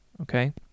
okay